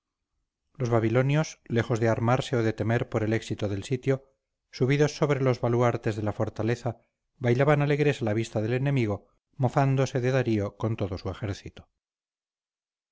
los babilonios lejos de armarse o de temer por el éxito del sitio subidos sobre los baluartes de la fortaleza bailaban alegres a vista del enemigo mofándose de darío con todo su ejército